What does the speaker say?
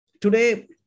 Today